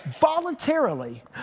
voluntarily